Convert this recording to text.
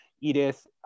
Edith